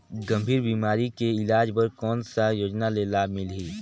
गंभीर बीमारी के इलाज बर कौन सा योजना ले लाभ मिलही?